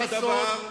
ולא עשיתם דבר,